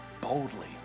boldly